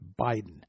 Biden